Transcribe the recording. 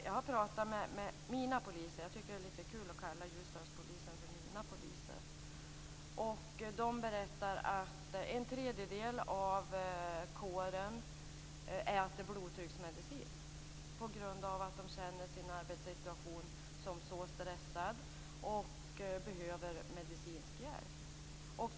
Jag har pratat med "mina poliser". Jag tycker att det är lite kul att kalla Ljusdalspolisen för mina poliser. De berättade att en tredjedel av kåren äter blodtrycksmedicin på grund av att de känner att deras arbetssituation är så stressad. De behöver medicinsk hjälp.